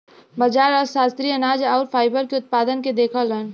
बाजार अर्थशास्त्री अनाज आउर फाइबर के उत्पादन के देखलन